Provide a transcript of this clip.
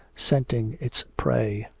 scenting its prey.